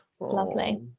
Lovely